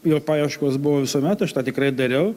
jo paieškos buvo visuomet aš tą tikrai dariau